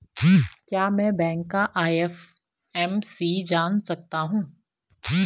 क्या मैं बैंक का आई.एफ.एम.सी जान सकता हूँ?